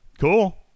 cool